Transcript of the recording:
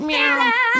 Meow